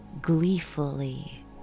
gleefully